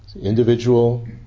individual